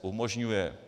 Umožňuje.